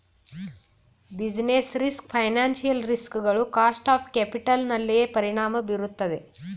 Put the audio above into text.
business risk financial ರಿಸ್ ಗಳು cost of capital ನನ್ಮೇಲೆ ಪರಿಣಾಮ ಬೀರುತ್ತದೆ